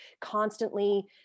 constantly